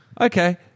Okay